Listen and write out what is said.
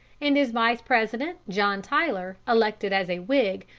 and his vice-president, john tyler, elected as a whig,